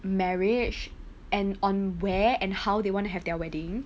marriage and on where and how they want to have their wedding